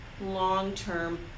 long-term